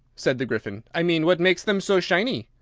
said the gryphon. i mean, what makes them so shiny?